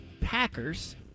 Packers